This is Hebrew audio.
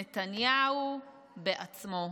נתניהו בעצמו,